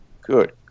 Good